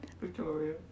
Victoria